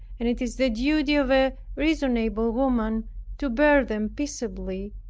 and it is the duty of a reasonable woman to bear them peaceably,